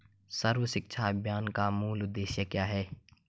सर्व शिक्षा अभियान का मूल उद्देश्य क्या है?